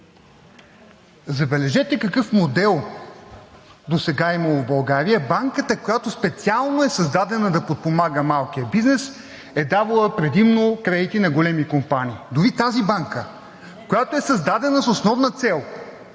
Забележете какъв модел досега е имало в България – банката, която специално е създадена да подпомага малкия бизнес, е давала предимно кредити на големи компании! Дори тази банка, която е създадена с основна цел